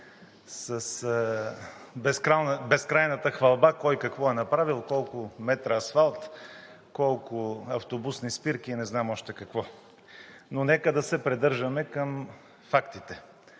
с безкрайната хвалба кой какво е направил, колко метра асфалт, колко автобусни спирки и не знам още какво. Но нека да се придържаме към фактите.